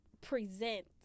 present